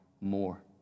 more